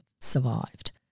survived